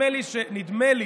נדמה לי